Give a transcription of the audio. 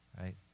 right